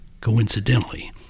Coincidentally